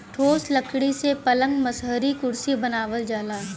ठोस लकड़ी से पलंग मसहरी कुरसी बनावल जाला